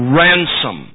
ransom